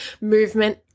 movement